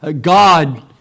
God